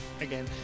again